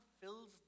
fills